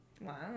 Wow